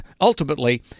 ultimately